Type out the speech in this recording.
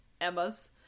Emma's